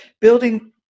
building